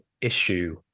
issue